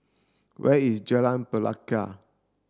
where is Jalan Pelikat